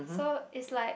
so is like